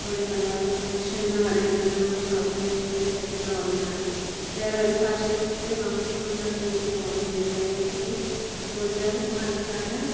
നമ്മുടെ മലയാള ഭാഷയെന്ന് പറയുന്നത് നമുക്ക് അഭിമാനിക്കാൻ പറ്റുന്ന ഒന്നാണ് വേറെ ഒരു ഭാഷക്കും ഇത്രയും മഹത്വം ഉണ്ടെന്ന് എനിക്ക് തോന്നുന്നില്ല ഏറ്റവും കൂടുതൽ ആൾക്കാർ